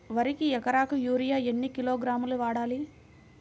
వరికి ఎకరాకు యూరియా ఎన్ని కిలోగ్రాములు వాడాలి?